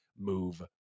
move